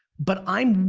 but i'm,